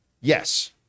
Yes